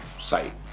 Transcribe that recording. site